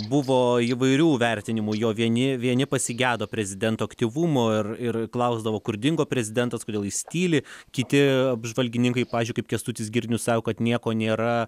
buvo įvairių vertinimų jo vieni vieni pasigedo prezidento aktyvumo ir ir klausdavo kur dingo prezidentas kodėl jis tyli kiti apžvalgininkai pavyzdžiui kaip kęstutis girnius sako kad nieko nėra